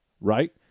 right